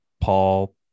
Paul